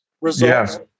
results